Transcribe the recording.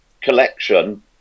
collection